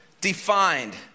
defined